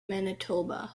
manitoba